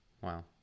wow